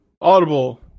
Audible